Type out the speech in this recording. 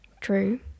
True